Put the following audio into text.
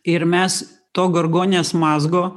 ir mes to gargonės mazgo